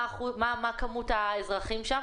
מה מספר האזרחים שם?